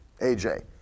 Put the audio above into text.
AJ